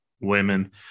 Women